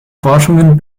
forschungen